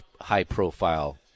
high-profile